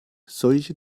solche